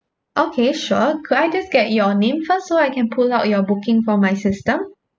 okay sure could I just get your name first so I can pull out your booking from my system